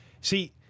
see